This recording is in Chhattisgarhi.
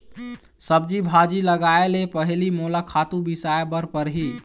सब्जी भाजी लगाए ले पहिली मोला खातू बिसाय बर परही